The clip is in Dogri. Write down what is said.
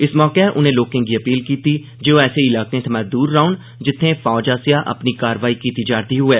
इस मौके उनें लोकें गी अपीन कीती जे ओह ऐसे इलाकें थमां दूर रौहन जित्थें फौज आस्सेआ अपनी कारवाई कीती जा'रदी होऐ